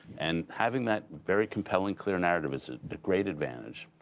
and having that very compelling, clear narrative is a great advantage.